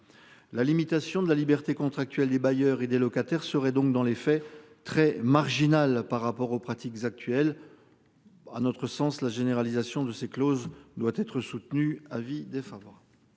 la limitation de la liberté contractuelle des bailleurs et des locataires seraient donc dans les faits très marginal par rapport aux pratiques actuelles. À notre sens la généralisation de ces clauses doit être. Avis défavorable.